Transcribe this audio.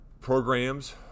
programs